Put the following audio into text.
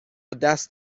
دست